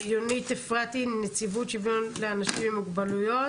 יונית אפרתי, נציבות שוויון לאנשים עם מוגבלויות.